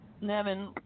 Nevin